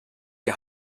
die